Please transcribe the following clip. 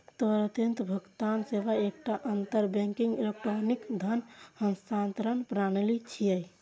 त्वरित भुगतान सेवा एकटा अंतर बैंकिंग इलेक्ट्रॉनिक धन हस्तांतरण प्रणाली छियै